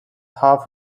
half